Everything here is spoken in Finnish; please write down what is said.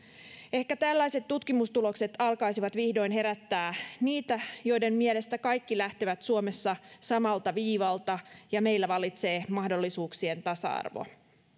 ehkä tällaiset tutkimustulokset alkaisivat vihdoin herättää niitä joiden mielestä kaikki lähtevät suomessa samalta viivalta ja meillä vallitsee mahdollisuuksien tasa arvo